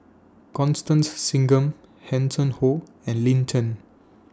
Constance Singam Hanson Ho and Lin Chen